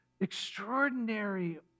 extraordinary